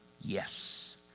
yes